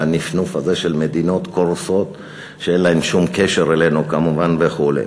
והנפנוף הזה של מדינות קורסות שאין להן שום קשר אלינו כמובן וכו'.